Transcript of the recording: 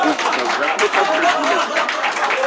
ठीक छै तब रखू तब फिर मिलै छी